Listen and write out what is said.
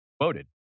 quoted